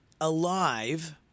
alive